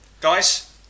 Guys